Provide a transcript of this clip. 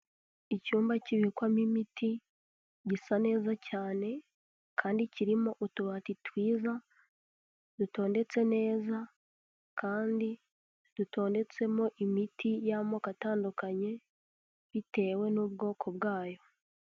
Icyumba cy'ibikwamo imiti gisa neza cyane kandi kirimo utubati twiza dutondetse neza kandi dutondetsemo imiti y'amoko atandukanye bitewe n'ubwoko bwayo.